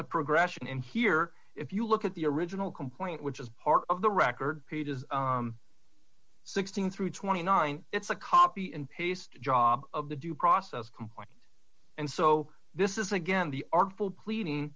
the progression and here if you look at the original complaint which is part of the record pages sixteen through twenty nine dollars it's a copy and paste job of the due process and so this is again the artful cleaning